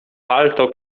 palto